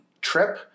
trip